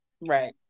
Right